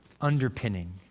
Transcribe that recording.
underpinning